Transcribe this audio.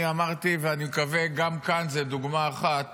אני אמרתי, ואני מקווה, גם כאן זו דוגמה אחת